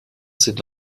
sind